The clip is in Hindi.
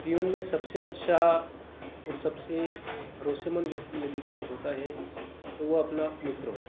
जीवन में सबसे अच्छा और सबसे भरोसेमंद व्यक्ति यदि कोई होता है तो वह अपना मित्र हो